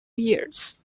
years